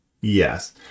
Yes